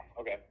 Okay